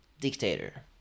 dictator